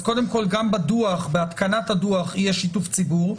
אז גם בהתקנת הדוח יהיה שיתוף ציבור,